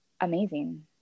amazing